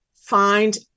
find